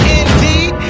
indeed